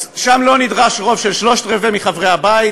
שם לא נדרש רוב של שלושת-רבעי חברי הבית